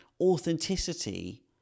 authenticity